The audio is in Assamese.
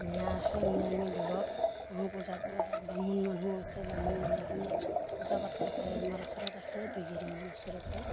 মিঞখিনিয়ে আমি দূৰত আহোঁ পূজা বামুণ মানুহ আছে বামুণ মানুিখিনিয়ে পূজা পাতল কৰে আমাৰ ওচৰত আছে দুইগিৰিমান ওচৰতে